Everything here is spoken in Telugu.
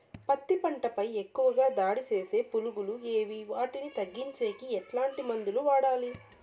పత్తి పంట పై ఎక్కువగా దాడి సేసే పులుగులు ఏవి వాటిని తగ్గించేకి ఎట్లాంటి మందులు వాడాలి?